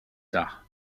tard